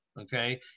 okay